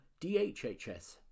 DHHS